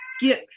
give